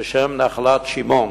בשם נחלת-שמעון.